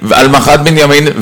מח"ט בנימין.